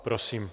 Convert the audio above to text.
Prosím.